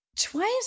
twice